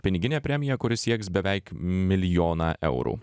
piniginė premija kuri sieks beveik milijoną eurų